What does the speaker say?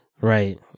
right